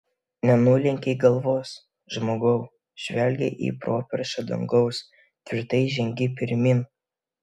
nenulenkei galvos žmogau žvelgei į properšą dangaus tvirtai žengei pirmyn